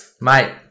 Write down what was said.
Mate